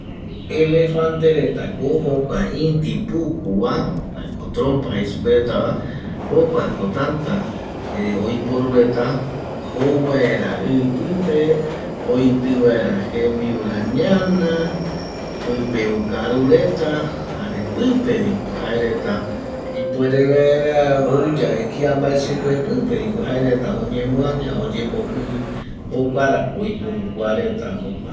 Elefante reta ko jokua iti puku va jae ko trompa jeisupe retava jokua ko tata oiporu reta jouvaera i pipe oiti vaera jembiura ñana pipe okarureta jare pipe viko jaereta ipuere vaera ouye kia mbae supe pipe vi ko jaereta oñemuaña oyembojiri jokuara ko oiporu kuareta jokua